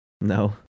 No